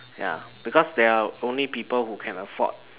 ya because they're only people who can afford